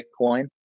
Bitcoin